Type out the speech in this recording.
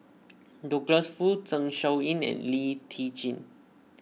Douglas Foo Zeng Shouyin and Lee Tjin